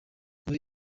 muri